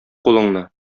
кулыңны